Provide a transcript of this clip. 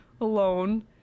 alone